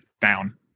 down